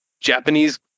Japanese